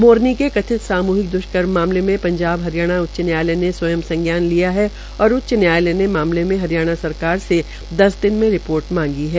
मोरनी के कथित द्वष्कर्म मामले में पंजाब हरियाणा उच्च न्यायालय ने स्वयं संज्ञान लिया है और उच्च न्यायालय ने मामले में हरियाणा सरकार से दस दिन में रिपोर्ट मांगी है